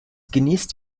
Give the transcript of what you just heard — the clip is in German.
genießt